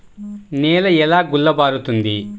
నేల ఎలా గుల్లబారుతుంది?